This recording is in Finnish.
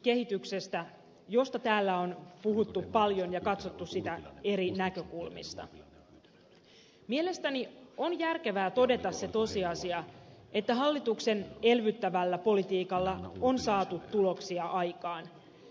työllisyyskehityksestä josta täällä on puhuttu paljon ja jota on katsottu eri näkökulmista mielestäni on järkevää todeta se tosiasia että hallituksen elvyttävällä politiikalla on saatu tuloksia aikaan